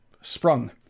sprung